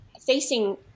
facing